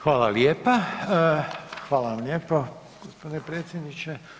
Hvala lijepa, hvala vam lijepo gospodine predsjedniče.